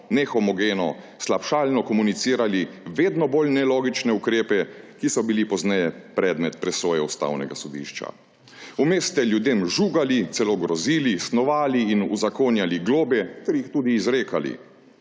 nehomogeno, slabšalno komunicirali vedno bolj nelogične ukrepe, ki so bili pozneje predmet presoje Ustavnega sodišča. Vmes ste ljudem žugali, celo grozili, snovali in uzakonjali globe ter jih tudi izrekali.